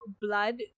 Blood